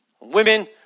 Women